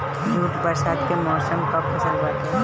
jute बरसात के मौसम कअ फसल बाटे